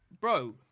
bro